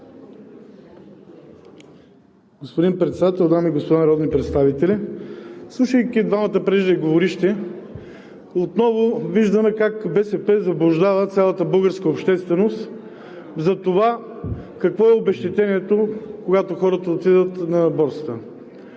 Господин Председател, дами и господа народни представители! Слушайки двамата преждеговоривши, отново виждаме как БСП заблуждава цялата българска общественост за това какво е обезщетението, когато хората отидат на борсата.